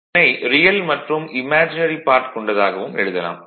இதனை ரியல் மற்றும் imaginary part கொண்டதாகவும் எழுதலாம்